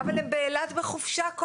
אבל הם באילת בחופשה.